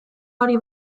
hori